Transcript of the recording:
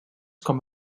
com